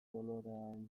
dolarean